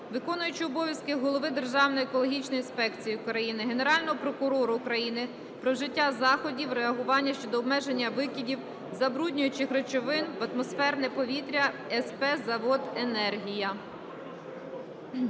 виконуючого обов'язки голови Державної екологічної інспекції України, Генерального прокурора України про вжиття заходів реагування щодо обмеження викидів забруднюючих речовин в атмосферне повітря СП "Завод "Енергія".